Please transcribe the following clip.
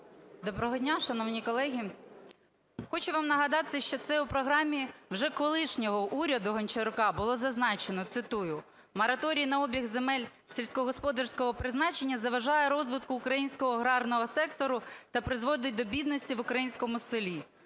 Доброго дня, шановні колеги! Хочу вам нагадати, що це у програмі вже колишнього уряду Гончарука було зазначено, цитую: "Мораторій на обіг земель сільськогосподарського призначення заважає розвитку українського аграрного сектору та призводить до бідності в українському селі".